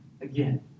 again